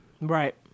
Right